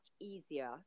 easier